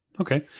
Okay